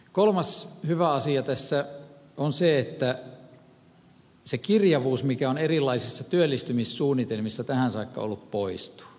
kolmas hyvä asia tässä on se että se kirjavuus mikä on erilaisissa työllistymissuunnitelmissa tähän saakka ollut poistuu